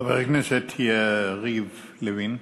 חבר הכנסת יריב לוין.